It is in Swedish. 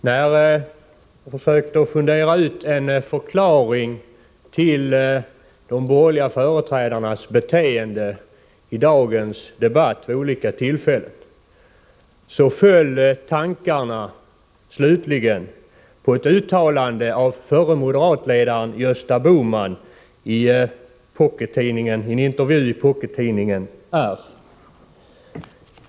Herr talman! När jag försökte fundera ut en förklaring till de borgerliga företrädarnas beteende vid olika tillfällen i dagens debatt, föll tankarna slutligen på ett uttalande av förre moderatledaren Gösta Bohman i en intervju i Pockettidningen R.